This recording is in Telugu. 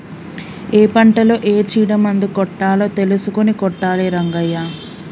ఏ పంటలో ఏ చీడ మందు కొట్టాలో తెలుసుకొని కొట్టాలి రంగయ్య